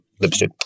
lipstick